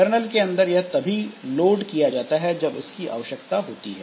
colonel के अंदर यह तभी लोड किया जाता है जब उसकी आवश्यकता होती है